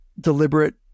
deliberate